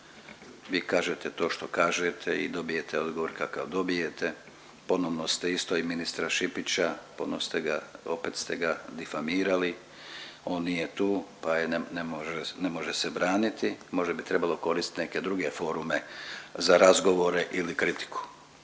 vi kažete to što kažete i dobijete odgovor kakav dobijete. Ponovno ste isto i ministra Šipića puno ste ga, opet ste ga difamirali. On nije tu, pa ne može se braniti. Možda bi trebalo koristiti neke druge forume za razgovore ili kritiku.